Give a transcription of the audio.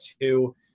two